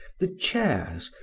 the chairs,